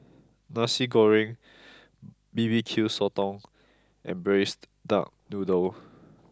Nasi Goreng B B Q Sotong and Braised Duck Noodle